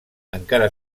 encara